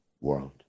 world